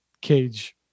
cage